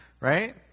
right